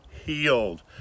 Healed